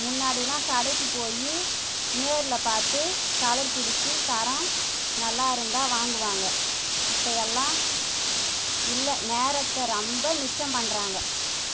முன்னாடிலாம் கடைக்கு போய் நேரில் பார்த்து கலர் பிடிச்சி தரம் நல்லா இருந்தால் வாங்குவாங்க இப்போ எல்லாம் இல்லை நேரத்தை ரொம்ப மிச்சம் பண்ணுறாங்க